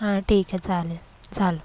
हां ठीक आहे चालेल चाल